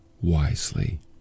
wisely